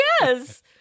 Yes